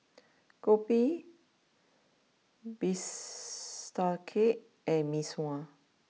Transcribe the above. Kopi Bistake and Mee Sua